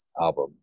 album